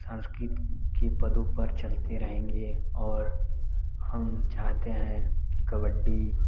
संस्कृति के पदों पर चलते रहेंगे और हम चाहते हैं कि कबड्डी